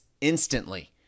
instantly